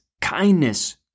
kindness